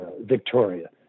Victoria